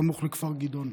סמוך לכפר גדעון.